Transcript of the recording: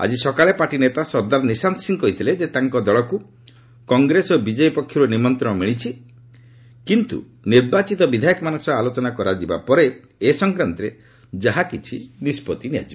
ଆଜି ସକାଳେ ପାର୍ଟି ନେତା ସର୍ଦ୍ଦାର ନିଶାନ୍ତ ସିଂହ କହିଥିଲେ ଯେ ତାଙ୍କ ଦଳକୁ କଂଗ୍ରେସ ଓ ବିଜେପି ପକ୍ଷରୁ ନିମନ୍ତ୍ରଣ ମିଳିଛି କିନ୍ତୁ ନିର୍ବାଚିତ ବିଧାୟକମାନଙ୍କ ସହ ଆଲୋଚନା କରାଯିବା ପରେ ଏ ସଂକ୍ରାନ୍ତରେ ଯାହାକିଛି ନିଷ୍ପଭି ନିଆଯିବ